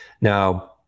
Now